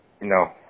No